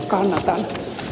calling a